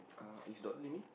uh it's got limit